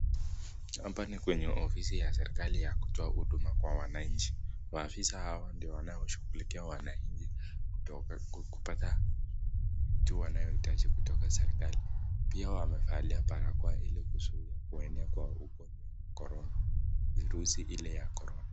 Hapa ni kwenye ofisi ya serekali ya kutoa huduma kwa wananchi, maafisa hawa ndio wanaoshungulikia wananchi kupata kitu wanahitaji kwa serekali pia wamevalia barakoa hili kuzuia kuenea ugonjwa wa korona virusi Ile ya korona .